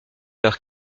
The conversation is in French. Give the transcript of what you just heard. leur